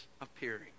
appearing